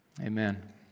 Amen